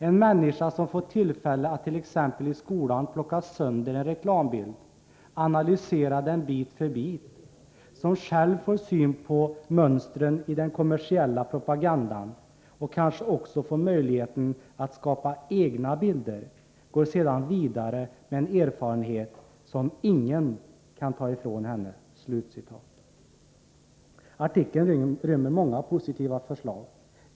En människa som fått tillfälle att till exempel i skolan plocka sönder en reklambild, analysera den bit för bit, som själv får syn på mönstren i den kommersiella propagandan och kanske också får möjlighet att skapa egna bilder, går sedan vidare med en erfarenhet som ingen kan ta ifrån henne.” Artikeln rymmer många positiva förslag.